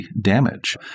damage